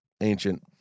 ancient